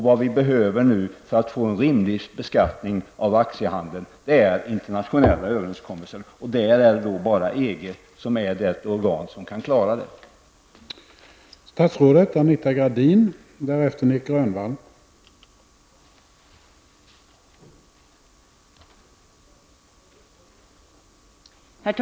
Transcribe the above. Vad vi nu behöver för att få en rimlig beskattning av aktiehandeln är internationella överrenskommelser, och EG är det enda organ som kan klara detta.